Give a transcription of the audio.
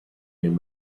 him